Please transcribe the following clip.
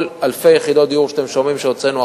אלפי יחידות הדיור שאתם שומעים שהוצאנו,